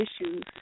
issues